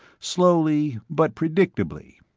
slowly, but predictably.